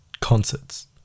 Concerts